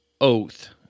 oath